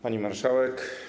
Pani Marszałek!